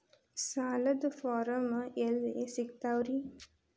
ಸಾಲದ ಫಾರಂ ಎಲ್ಲಿ ಸಿಕ್ತಾವ್ರಿ?